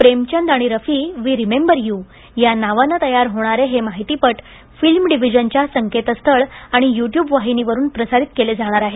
प्रेमचंद आणि Rafi we remember you या नावानं तयार होणारे हे माहितीपट फिल्म डिव्हीजनचं संकेतस्थळ आणि यु ट्युब वाहिनीवरुन प्रसारित केले जाणार आहेत